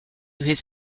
his